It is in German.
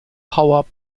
power